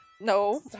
No